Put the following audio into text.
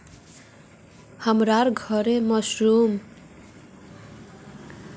हमसार घरेर सामने मशरूम उगील छेक